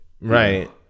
Right